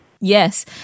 Yes